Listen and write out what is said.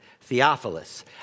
Theophilus